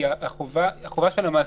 כי החובה של המעסיק,